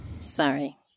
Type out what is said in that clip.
Sorry